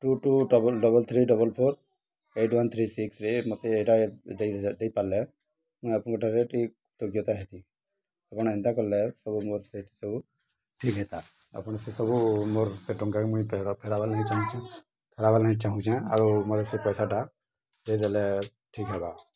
two two double double three double four eight one three ସିକ୍ସରେ ମୋତେ ଏଇଟା ଦେଇ ଦେଇପାରିଲେ ମୁଇଁ ଆପଣଙ୍କଠାରେ ଟିକେ କୃତଜ୍ଞତା ହେଲି ଆପଣ ଏନ୍ତା କଲେ ସବୁ ମୋର ସେଠ ସବୁ ଠିକ୍ ହେଇତା ଆପଣ ସେସବୁ ମୋର ସେ ଟଙ୍କା ମୁଇଁ ଫେରାବାର୍ ନାହିଁ ଚାହୁଁଛେଁ ଫେରାବାର୍ ନାହିଁ ଚାହୁଁଛେଁ ଆଉ ମୋତେ ସେ ପଇସାଟା ଦେଇଦେଲେ ଠିକ୍ ହେବା